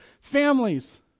Families